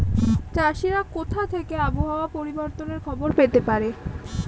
চাষিরা কোথা থেকে আবহাওয়া পরিবর্তনের খবর পেতে পারে?